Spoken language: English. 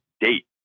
date